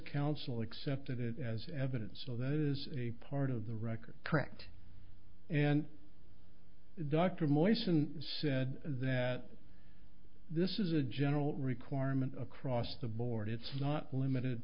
council accepted it as evidence so there is a part of the record correct and dr moise and said that this is a general requirement across the board it's not limited